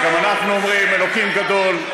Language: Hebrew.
וגם אנחנו אומרים: אלוקים גדול,